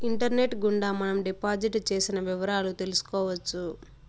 internet గుండా మనం deposit చేసిన వివరాలు తెలుసుకోవచ్చు